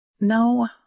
No